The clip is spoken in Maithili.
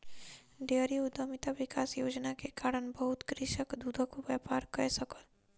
डेयरी उद्यमिता विकास योजना के कारण बहुत कृषक दूधक व्यापार कय सकल